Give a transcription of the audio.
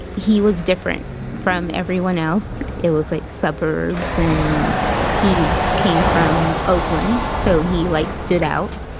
he was different from everyone else. it was like suburbs and he came from oakland so he like stood out